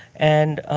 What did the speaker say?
and